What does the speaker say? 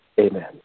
Amen